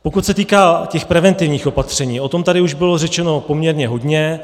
Pokud se týká těch preventivních opatření, o tom už tady bylo řečeno poměrně hodně.